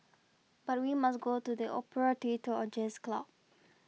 but we must go to the opera theatre or jazz club